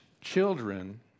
children